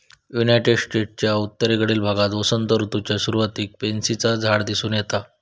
United स्टेट्सच्या उत्तरेकडील भागात वसंत ऋतूच्या सुरुवातीक पॅन्सीचा झाड दिसून येता